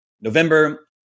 november